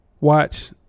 watch